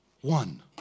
One